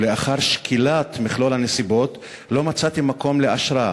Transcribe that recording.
ולאחר שקילת מכלול הנסיבות לא מצאתי מקום לאשרה,